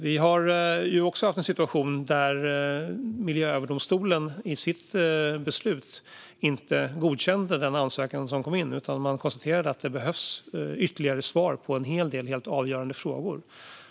Vi har också haft en situation där Mark och miljööverdomstolen i sitt beslut inte godkände den ansökan som kom in, utan man konstaterade att det behövs ytterligare svar på en hel del helt avgörande frågor.